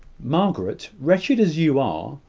margaret, wretched as you are,